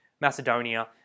Macedonia